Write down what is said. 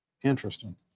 Interesting